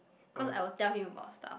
cause I will tell him about stuff